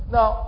Now